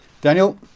Daniel